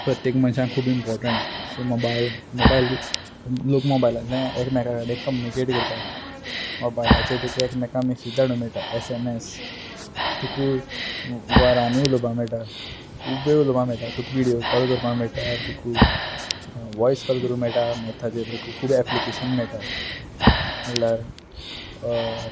प्रत्येक मनशा खूब इमपोर्टंट सो मोबायल मोबायल लोक मोबायलांतल्यान एकमेका कडेन कम्युनिकेट करतात मोबायलाचे तुका एकमेका मेसेजी धाडूं मेयटा एसएमएस तुका वरांनी उलोपां मेयटा खूब वेळ उलोपा मेयटा तुका विडियो कॉल करपा मेयटा तुका वोयस कॉल करूंक मेयटा मागीर ताजेर खूब एप्लिकेशन मेयटा म्हणल्यार